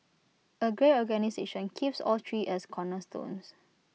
A great organisation keeps all three as cornerstones